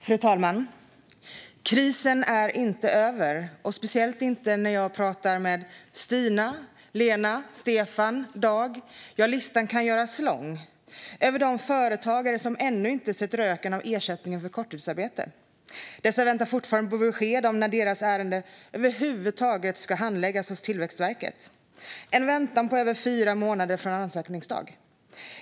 Fru talman! Krisen är inte över, och det märks speciellt när jag talar med Stina, Lena, Stefan, Dag - listan kan göras lång över de företagare som ännu inte sett röken av ersättningen för korttidsarbete. De väntar fortfarande på besked om när deras ärende över huvud taget ska handläggas hos Tillväxtverket efter en väntan på över fyra månader från ansökningsdagen.